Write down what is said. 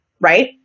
right